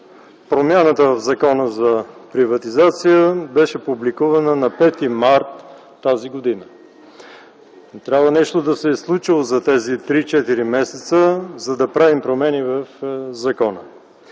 промяната в Закона за приватизация беше публикувана на 5 март тази година. Но трябва нещо да се е случило за тези 3-4 месеца, за да правим промени в закона.